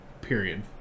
Period